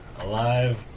alive